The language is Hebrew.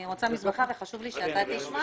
חשוב לי שתשמע